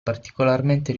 particolarmente